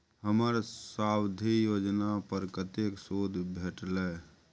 हमर सावधि जमा पर कतेक सूद भेटलै?